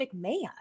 McMahon